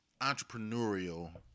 entrepreneurial